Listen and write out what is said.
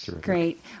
Great